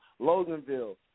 Loganville